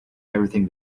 everything